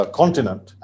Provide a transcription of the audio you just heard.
continent